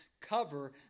cover